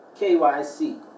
KYC